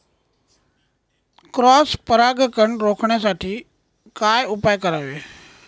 Cross परागकण रोखण्यासाठी काय उपाय करावे?